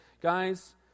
guys